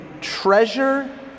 treasure